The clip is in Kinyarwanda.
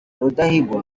rudahigwa